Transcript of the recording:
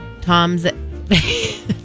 Tom's